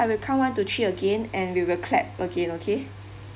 I will count one to three again and we will clap again okay